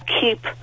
keep